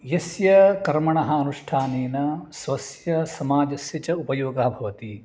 यस्य कर्मणः अनुष्ठानेन स्वस्य समाजस्य च उपयोगः भवति